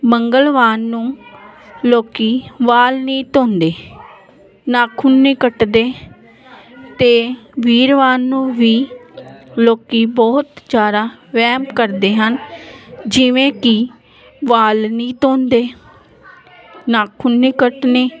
ਮੰਗਲਵਾਨ ਨੂੰ ਲੋਕ ਵਾਲ ਨਹੀਂ ਧੋਂਦੇ ਨਾਖੁਨ ਨਹੀਂ ਕੱਟਦੇ ਅਤੇ ਵੀਰਵਾਰ ਨੂੰ ਵੀ ਲੋਕ ਬਹੁਤ ਜ਼ਿਆਦਾ ਵਹਿਮ ਕਰਦੇ ਹਨ ਜਿਵੇਂ ਕਿ ਵਾਲ ਨਹੀਂ ਧੋਂਦੇ ਨਾਖੁਨ ਨਹੀਂ ਕੱਟਨੇ